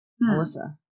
Melissa